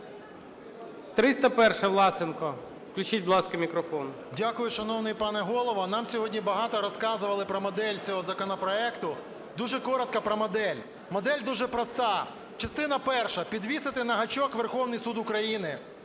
301-а. Власенко. Включіть, будь ласка, мікрофон. 12:49:29 ВЛАСЕНКО С.В. Дякую, шановний пане Голово. Нам сьогодні багато розказували про модель цього законопроекту. Дуже коротко про модель. Модель дуже проста. Частина перша – підвісити на гачок Верховний Суд України